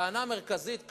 טענה מרכזית קשה: